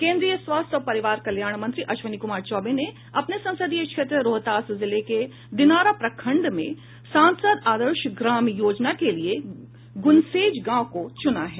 केंद्रीय स्वास्थ्य और परिवार कल्याण मंत्री अश्विनी कुमार चौबे ने अपने संसदीय क्षेत्र रोहतास जिले के दिनारा प्रखण्ड में सांसद आदर्श ग्राम योजना के लिये गुनसेज गांव को चुना है